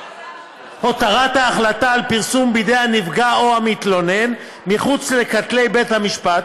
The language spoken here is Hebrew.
הותרת ההחלטה על הפרסום בידי הנפגע או המתלונן מחוץ לכותלי בית משפט